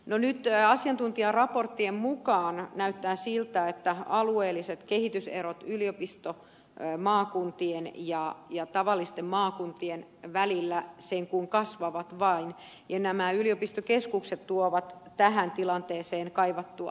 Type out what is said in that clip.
no nyt asiantuntijaraporttien mukaan näyttää siltä että alueelliset kehityserot yliopistomaakuntien ja tavallisten maakuntien välillä sen kuin kasvavat vain ja nämä yliopistokeskukset tuovat tähän tilanteeseen kaivattua ratkaisua